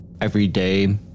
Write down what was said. everyday